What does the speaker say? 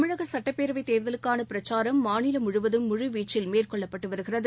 தமிழக சட்டப்பேரவை தேர்தலுக்காள பிரச்சாரம் மாநிலம் முழுவதும் முழு வீச்சில் மேற்கொள்ளப்பட்டு வருகிறது